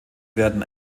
werden